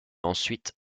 ensuite